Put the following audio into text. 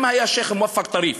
אם השיח' מואפק טריף